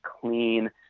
clean